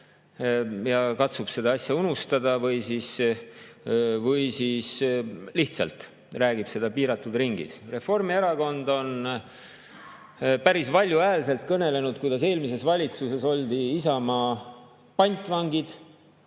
ja katsub seda asja unustada või lihtsalt räägib seda piiratud ringis. Reformierakond on päris valjuhäälselt kõnelenud, kuidas eelmises valitsuses oldi Isamaa pantvang